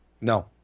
No